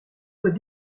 doit